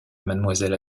mademoiselle